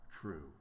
true